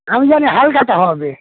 আমি জানি হালখাতা হবে